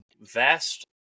vast